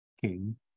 king